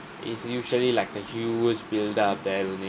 it's usually like a huge build-up then only